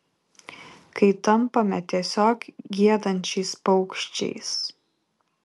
kai tampame tiesiog giedančiais paukščiais